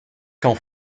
camps